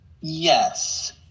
Yes